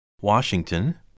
Washington